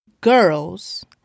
girls